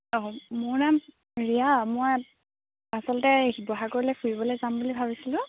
অঁ মোৰ নাম ৰিয়া অচলতে শিৱসাগৰলৈ ফুৰিব যাম বুলি ভাবিছিলোঁ